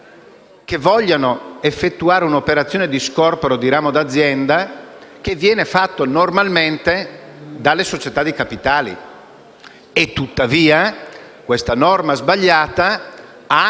che vogliano effettuare un'operazione di scorporo di ramo d'azienda, che viene fatto normalmente dalle società di capitali. Questa norma sbagliata ha,